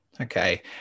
Okay